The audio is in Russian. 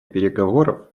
переговоров